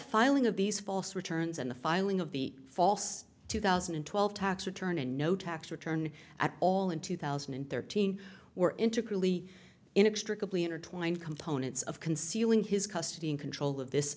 filing of these false returns and the filing of the false two thousand and twelve tax return and no tax return at all in two thousand and thirteen or into clearly inextricably intertwined components of concealing his custody and control of this